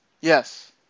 Yes